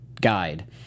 guide